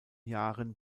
jahren